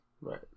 Right